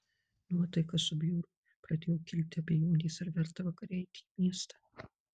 nuotaika subjuro pradėjo kilti abejonės ar verta vakare eiti į miestą